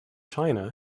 china